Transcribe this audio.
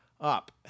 up